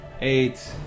eight